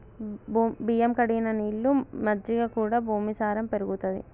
బియ్యం కడిగిన నీళ్లు, మజ్జిగ కూడా భూమి సారం పెరుగుతది